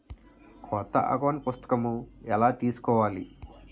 కొత్త అకౌంట్ పుస్తకము ఎలా తీసుకోవాలి?